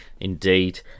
Indeed